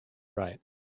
right